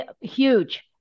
Huge